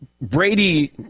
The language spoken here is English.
Brady